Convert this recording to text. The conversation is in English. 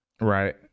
right